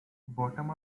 bottom